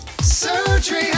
Surgery